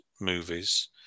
movies